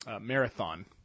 marathon